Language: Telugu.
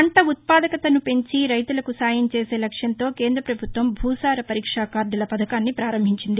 పంట ఉత్పాదకతను పెంచి రైతులకు సాయంచేసే లక్ష్యంతో కేంద్ర ప్రభుత్వం భూసార పరీక్షా కార్డుల పథకాన్ని పారంభించింది